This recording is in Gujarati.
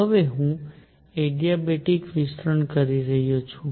હવે હું એડિયાબેટિક વિસ્તરણ લઈ રહ્યો છું